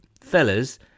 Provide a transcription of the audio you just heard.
fellas